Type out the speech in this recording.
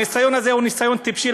הניסיון הזה הוא ניסיון טיפשי,